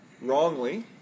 wrongly